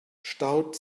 staut